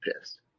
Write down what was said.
pissed